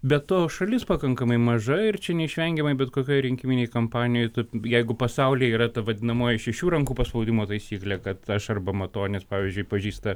be to šalis pakankamai maža ir čia neišvengiamai bet kokioj rinkiminėj kampanijoj tu jeigu pasaulyje yra ta vadinamoji šešių rankų paspaudimo taisyklė kad aš arba matonis pavyzdžiui pažįsta